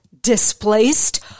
displaced